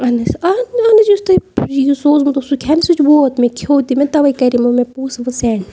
اہن حظ اہن اہن حظ یُس تۄہہِ یہِ سوزمُت اوس سُہ کھٮ۪ن سُہ چھِ ووت مےٚ کھیٚو تہِ مےٚ تَوٕے کرمو مےٚ پونٛسہٕ وٕ سینٛڈ